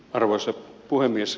arvoisa puhemies